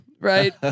right